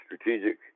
strategic